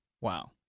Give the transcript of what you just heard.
Wow